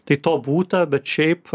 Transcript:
tai to būta bet šiaip